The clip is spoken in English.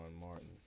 Martin